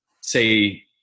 say